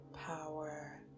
power